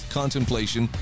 contemplation